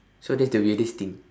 so that's the weirdest thing